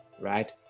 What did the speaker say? right